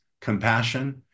compassion